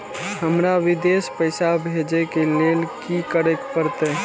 हमरा विदेश पैसा भेज के लेल की करे परते?